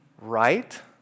right